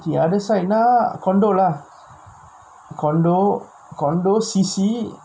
the other side னா:naa condominium lah condominium condominium C_C